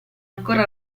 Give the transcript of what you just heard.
ancora